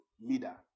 leader